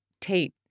Tate